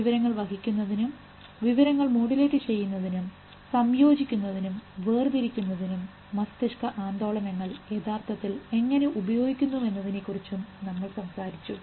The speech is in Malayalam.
വിവരങ്ങൾ വഹിക്കുന്നതിനും വിവരങ്ങൾ മോഡുലേറ്റ് ചെയ്യുന്നതിനും സംയോജിക്കുന്നതിനും വേർതിരിക്കുന്നതിനും മസ്തിഷ്ക ആന്ദോളനങ്ങൾ യഥാർത്ഥത്തിൽ എങ്ങനെ ഉപയോഗിക്കുന്നുവെന്നതിനെക്കുറിച്ചും നമ്മൾ സംസാരിച്ചിരുന്നു